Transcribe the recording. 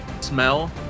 Smell